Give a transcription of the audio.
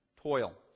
Toil